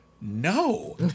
No